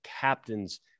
captains